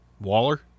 Waller